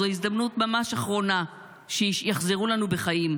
זו הזדמנות ממש אחרונה שיחזרו אלינו בחיים.